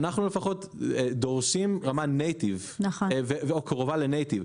אנחנו לפחות דורשים רמה Native ו/או קרובה ל-Native,